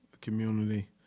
community